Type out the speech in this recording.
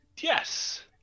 Yes